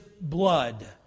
blood